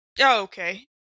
Okay